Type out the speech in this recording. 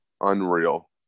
Unreal